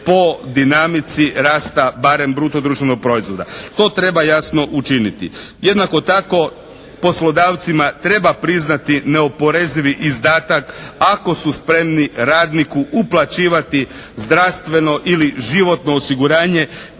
po dinamici rasta barem bruto društvenog proizvoda. To treba jasno učiniti. Jednako tako poslodavcima treba priznati neoporezivi izdatak ako su spremni radniku uplaćivati zdravstveno ili životno osiguranje